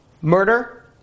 murder